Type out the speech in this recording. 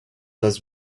was